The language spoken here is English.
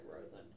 Frozen